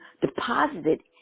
deposited